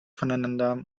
voneinander